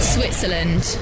Switzerland